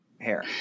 hair